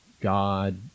God